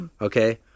Okay